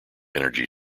energy